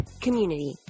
community